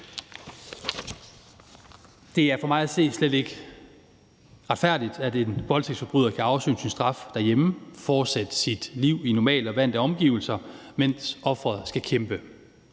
Det er for mig at se slet ikke retfærdigt, at en voldtægtsforbryder kan afsone sin straf derhjemme og fortsætte sit liv i normale og vante omgivelser, mens offeret skal kæmpe.